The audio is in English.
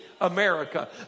America